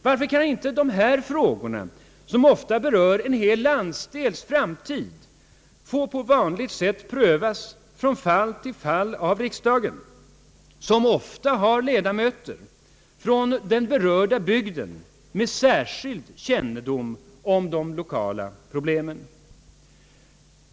Varför kan inte dessa frågor, som ofta berör en hel landsdels framtid, få på vanligt sätt prövas från fall till fall av riksdagen, som ofta har ledamöter från den berörda bygden med särskild kännedom om de lokala problemen.